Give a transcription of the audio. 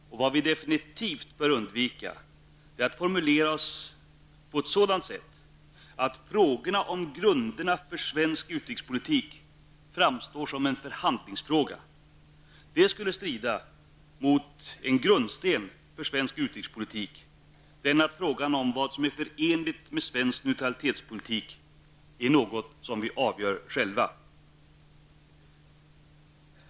Vad vi definitivt bör undvika är att formulera oss på ett sådant sätt att grunderna för svensk utrikespolitik framstår som en förhandlingsfråga. Det skulle strida mot en grundsten för svensk utrikespolitik, den att frågan om vad som är förenligt med svensk neutralitetspolitik är något som vi avgör själva.